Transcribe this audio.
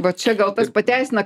va čia gal tas pateisina